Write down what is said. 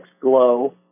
GLOW